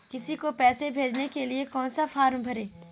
किसी को पैसे भेजने के लिए कौन सा फॉर्म भरें?